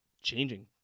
changing